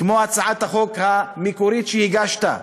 להצעת החוק המקורית שהגשת,